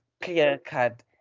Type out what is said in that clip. clear-cut